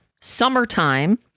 Summertime